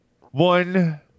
one